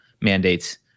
mandates